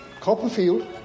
Copperfield